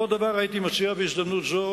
עוד דבר הייתי מציע בהזדמנות זאת,